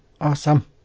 Awesome